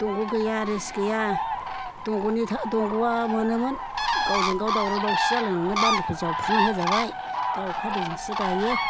दंग' गैया रेस गैया दंग'आ मोनोमोन गावजोंगाव दावराव दावसि जालायनानै बान्दोखौ जावफ्रुनानै होजाबाय दा अखा दैजोंसो गायो